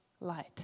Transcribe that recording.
light